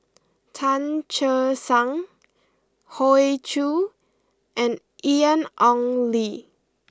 Tan Che Sang Hoey Choo and Ian Ong Li